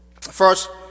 First